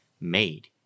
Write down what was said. made